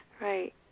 Right